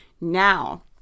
now